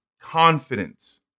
confidence